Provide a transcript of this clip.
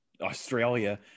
Australia